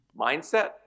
Mindset